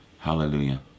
Hallelujah